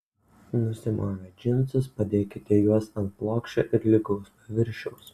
nusimovę džinsus padėkite juos ant plokščio ir lygaus paviršiaus